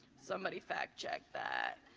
somebody fact-check that.